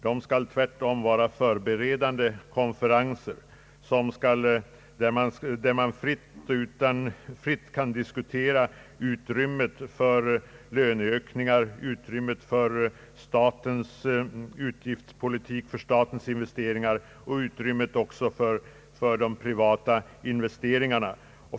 De skall tvärtom vara förberedande konferenser, där man fritt kan diskutera utrymmet för löneökningar, utrymmet för statens utgiftspolitik och investeringar liksom också utrymmet för de privata investeringarna.